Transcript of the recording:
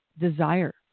desire